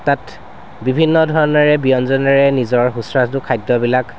তাত বিভিন্ন ধৰণেৰে ব্যঞ্জনেৰে নিজৰ সুস্বদু খাদ্যবিলাক